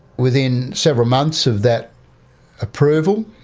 within several months of that approval,